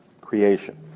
creation